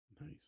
Nice